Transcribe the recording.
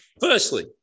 Firstly